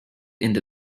into